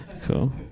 Cool